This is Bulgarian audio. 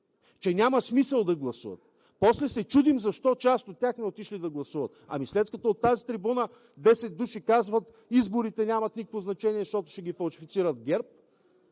че няма смисъл да гласуват. После се чудим защо част от тях не са отишли да гласуват. Ами след като от тази трибуна десет души казват: изборите нямат никакво значение, защото ще ги фалшифицират ГЕРБ,